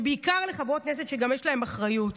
ובעיקר לחברות כנסת שגם יש להן אחריות,